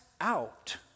out